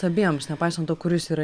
abiems nepaisant to kuris yra